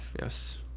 yes